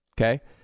Okay